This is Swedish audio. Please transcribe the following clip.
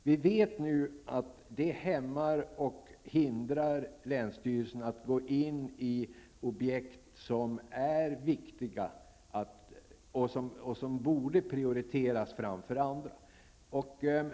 Vi vet nu att det hämmar och hindrar länsstyrelsen att gå in i objekt som är viktiga och som borde prioriteras framför andra.